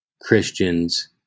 Christians